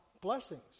blessings